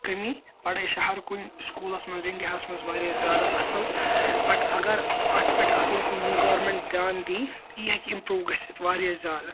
کٔمی پَڑاے چھِ ہَر کُنہِ سکولَس منٛز اِنڈیا ہَس منٛز وارِیاہ زیادٕ اَصٕل بَٹ اَگَر اَتھ پٮ۪ٹھ اکھ گورمیٚنٹ دیان دی یہٕ ہیٚکہِ امپرو گٔژھتھ وارِیاہ زیادٕ